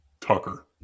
Tucker